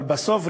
אבל בסוף,